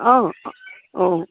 অঁ অঁ